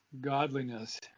godliness